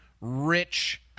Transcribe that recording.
rich